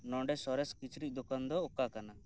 ᱱᱚᱰᱮ ᱥᱚᱨᱮᱥ ᱠᱤᱪᱽᱨᱤᱡ ᱫᱚᱠᱟᱱ ᱫᱚ ᱚᱠᱟ ᱠᱟᱱᱟ